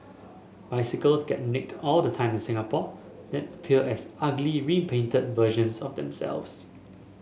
bicycles get nicked all the time in Singapore then appear as ugly repainted versions of themselves